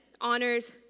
honors